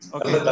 Okay